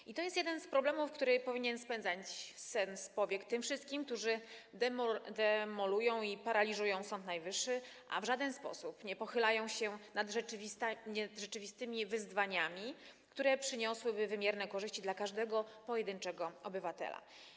I to jest jeden z problemów, który powinien spędzać sen z powiek tym wszystkim, którzy demolują i paraliżują Sąd Najwyższy, a w żaden sposób nie pochylają się nad rzeczywistymi wyzwaniami, rozwiązaniami, które przyniosłyby wymierne korzyści dla każdego pojedynczego obywatela.